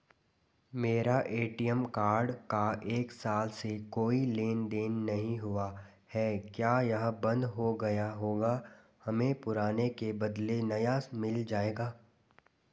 मेरा ATM card का एक साल से कोई लेन देन नहीं हुआ है क्या यह बन्द हो गया होगा हमें पुराने के बदलें नया मिल जाएगा?